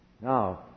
Now